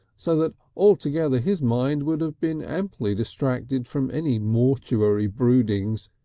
so that altogether his mind would have been amply distracted from any mortuary broodings,